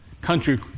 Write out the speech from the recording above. Country